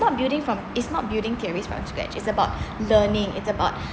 not building from is not building theories from scratch is about learning it's about